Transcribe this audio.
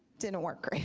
didn't work.